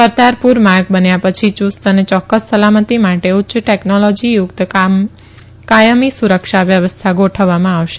કરતારપુર માર્ગ બન્યા પછી યુસ્ત અને ચોક્કસ સલામતી માટે ઉચ્ય ટેકનોલોજી યુક્ત કાયમી સુરક્ષા વ્યવસ્થા ગોઠવવામાં આવશે